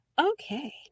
okay